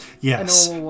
Yes